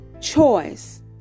choice